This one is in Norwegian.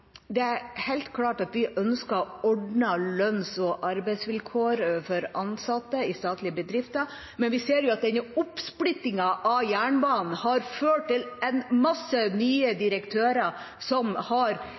Det er helt klart at vi ønsker ordnede lønns- og arbeidsvilkår for ansatte i statlige bedrifter, men vi ser at denne oppsplittingen av jernbanen har ført til en masse nye direktører som har